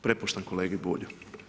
Prepuštam kolegi Bulju.